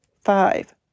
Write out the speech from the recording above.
Five